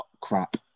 crap